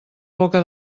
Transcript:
boca